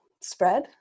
spread